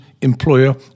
employer